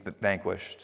vanquished